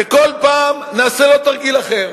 וכל פעם נעשה לו תרגיל אחר.